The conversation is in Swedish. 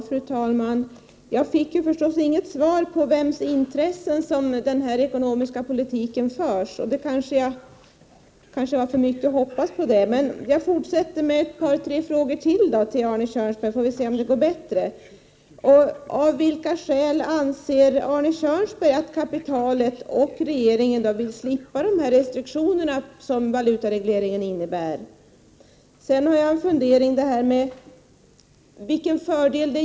Fru talman! Jag fick förstås inget svar på frågan i vems intresse som den ekonomiska politiken förs. Det kanske var för mycket att hoppas på. Jag fortsätter med ytterligare ett par frågor till Arne Kjörnsberg för att se om det — Prot. 1988/89:121 går bättre: Av vilka skäl anser Arne Kjörnsberg att kapitalets företrädare och 25 maj 1989 regeringen vill slippa de restriktioner som valutaregleringen innebär? Vilken fördel har man egentligen av det?